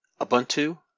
Ubuntu